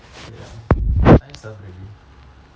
ya anyways the time's up already